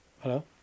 Hello